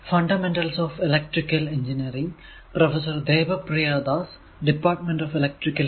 നാം കുറച്ചു ഉദാഹരണങ്ങൾ കണ്ടു